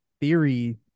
theory –